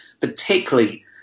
particularly